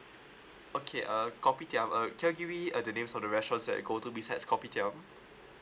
okay uh kopitiam uh can you give me uh the names of the restaurants that you go to besides kopitiam